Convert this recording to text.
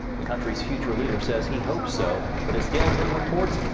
the country's future leader says he hopes so. but as dale hurd reports,